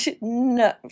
No